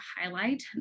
highlight